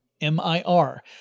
M-I-R